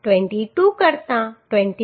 22 કરતા 26